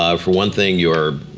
ah for one thing you're